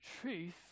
truth